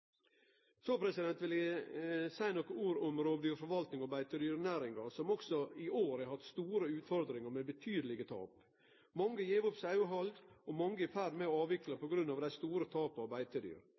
Så vil eg seie nokre ord om rovdyrforvaltinga og beitedyrnæringa, som også i år har hatt store utfordringar med betydelege tap. Mange har gitt opp sauehald, og mange er i ferd med å avvikle